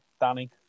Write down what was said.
Danny